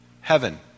heaven